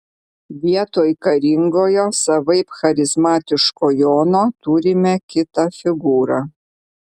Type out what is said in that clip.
vietoj karingojo savaip charizmatiško jono turime kitą figūrą